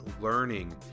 learning